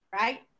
Right